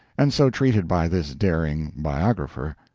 and so treated by this daring biographer.